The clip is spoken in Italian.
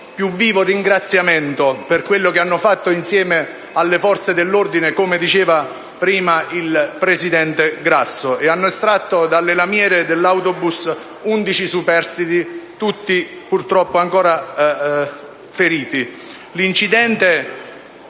piu vivo ringraziamento per quello che hanno fatto, insieme alle forze dell’ordine, come detto prima dal presidente Grasso – che hanno estratto dalle lamiere dell’autobus undici superstiti, tutti purtroppo feriti. Non eil